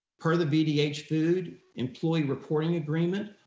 per the vdh food employee reporting agreement,